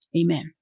Amen